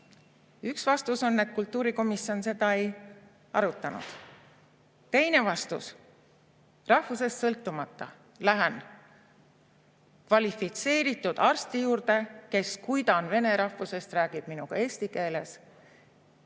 Üks vastus on, et kultuurikomisjon seda ei arutanud. Teine vastus: rahvusest sõltumata lähen kvalifitseeritud arsti juurde, kes, kui ta on vene rahvusest, räägib minuga eesti keeles,